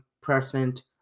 president